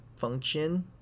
function